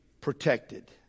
protected